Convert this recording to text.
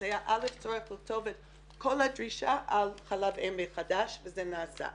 ולכן היה צריך לכתוב מחדש את כל הדרישה על חלב אם וזה נעשה.